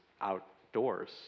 outdoors